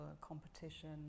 competition